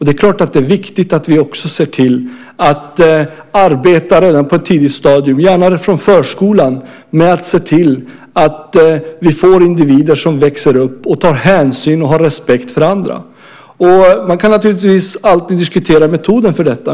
Det är klart att det är viktigt att vi också redan på ett tidigt stadium, gärna från förskolan, ser till att arbeta för att få individer som växer upp och tar hänsyn till och har respekt för andra. Man kan naturligtvis alltid diskutera metoden för detta.